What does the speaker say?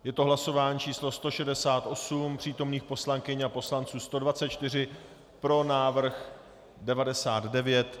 Je to hlasování číslo 168, přítomných poslankyň a poslanců 124, pro návrh 99 .